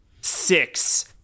six